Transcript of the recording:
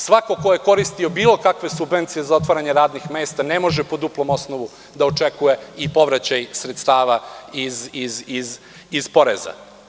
Svako ko je koristio bilo kakve subvencije za otvaranje radnih mesta ne može po duplom osnovu da očekuje i povraćaj sredstava iz poreza.